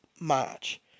match